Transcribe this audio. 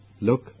Look